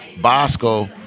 Bosco